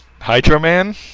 Hydro-Man